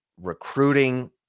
recruiting